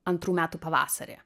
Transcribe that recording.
antrų metų pavasarį